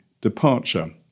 departure